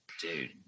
Dude